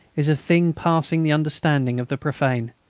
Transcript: is a thing passing the understanding of the profane,